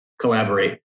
collaborate